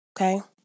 okay